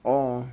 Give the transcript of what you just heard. orh